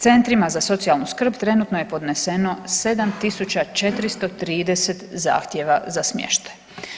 Centrima za socijalnu skrb trenutno je podneseno 7.430 zahtjeva za smještaj.